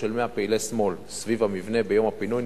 של 100 פעילי שמאל סביב המבנה ביום הפינוי,